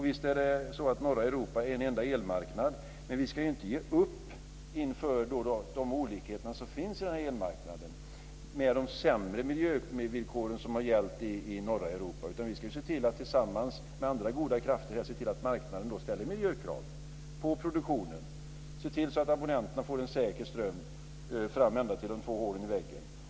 Visst är norra Europa en enda elmarknad, men vi ska inte ge upp inför de olikheter som finns på denna elmarknad, med de sämre miljövillkor som har gällt i norra Europa, utan vi ska se till att tillsammans med andra goda krafter se till att marknaden ställer miljökrav på produktionen och se till att abonnenterna får säker el ända fram till de två hålen i väggen.